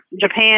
Japan